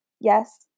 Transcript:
yes